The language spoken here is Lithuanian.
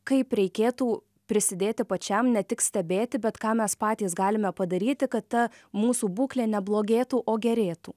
kaip reikėtų prisidėti pačiam ne tik stebėti bet ką mes patys galime padaryti kad ta mūsų būklė neblogėtų o gerėtų